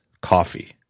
coffee